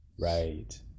Right